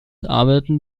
arbeiten